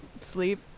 Sleep